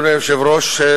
אדוני היושב-ראש,